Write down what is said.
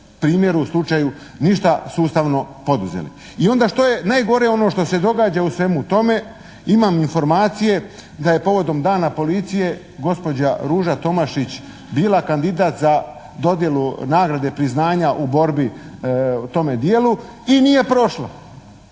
primjeru, slučaju ništa sustavno poduzeli i onda što je najgore ono što se događa u svemu tome imam informacije da je povodom Dana policije gospođa Ruža Tomašić bila kandidat za dodjelu nagrade priznanja u borbi u tome dijelu i nije prošla,